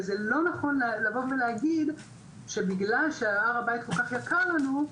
וזה לא נכון לבוא ולהגיד שבגלל שהר הבית כל-כך יקר לנו,